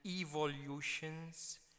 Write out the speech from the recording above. evolutions